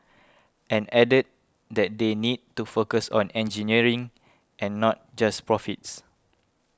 and added that they need to focus on engineering and not just profits